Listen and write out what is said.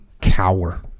cower